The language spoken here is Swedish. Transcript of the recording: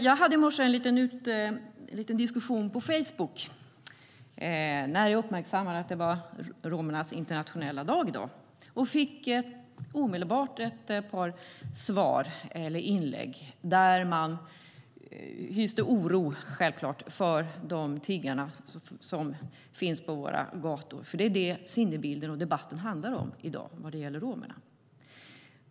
Jag hade i morse en liten diskussion på Facebook när jag uppmärksammade att det är romernas internationella dag i dag. Självklart kom det omedelbart ett par inlägg där man hyste oro för de tiggare som finns på våra gator. Det är sinnebilden. Det är detta debatten om romerna handlar om i dag.